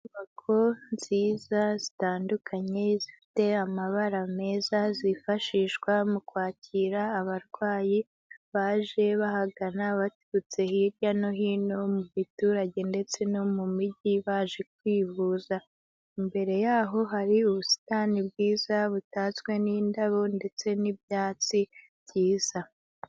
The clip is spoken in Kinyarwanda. Inyubako nziza, zitandukanye, zifite amabara meza, zifashishwa mu kwakira abarwayi baje bahagana baturutse hirya no hino mu giturage ndetse no mu mijyi baje kwivuza, imbere y'aho hari ubusitani bwiza, butatswe n'indabo ndetse n'ibyatsi byiza.